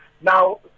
Now